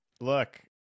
look